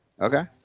Okay